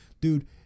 Dude